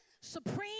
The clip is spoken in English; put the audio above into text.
supreme